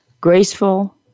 graceful